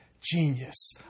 genius